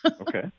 Okay